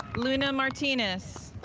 luna martinez.